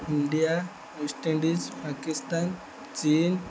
India West Indies Pakistan ଚୀନ୍